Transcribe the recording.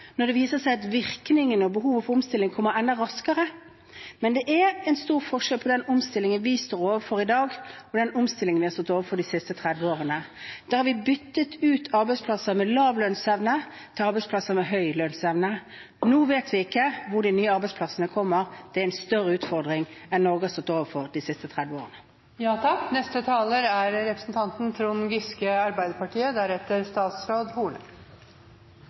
når det viser seg at virkningen og behovet for omstilling kommer enda raskere. Men det er en stor forskjell på den omstillingen vi står overfor i dag, og den omstillingen vi har stått overfor de siste 30 årene. Da har vi byttet ut arbeidsplasser med lav lønnsevne til arbeidsplasser med høy lønnsevne. Nå vet vi ikke hvor de nye arbeidsplassene kommer. Det er en større utfordring enn Norge har stått overfor de siste 30 årene.